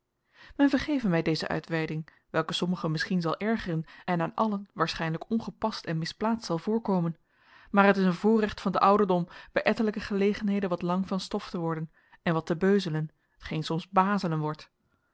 men vergeve mij deze uitweiding welke sommigen misschien zal ergeren en aan allen waarschijnlijk ongepast en misplaatst zal voorkomen maar het is een voorrecht van den ouderdom bij ettelijke gelegenheden wat lang van stof te worden en wat te beuzelen t geen soms bazelen wordt